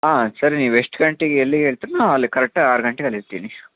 ಆಂ ಸರಿ ನೀವು ಎಷ್ಟು ಗಂಟೆಗೆ ಎಲ್ಲಿಗೆ ಹೇಳ್ತೀರ್ ನಾವು ಅಲ್ಲಿಗೆ ಕರೆಕ್ಟಾಗಿ ಆರು ಗಂಟೆಗೆ ಅಲ್ಲಿರ್ತೀನಿ